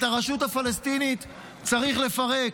את הרשות הפלסטינית צריך לפרק.